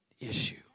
issue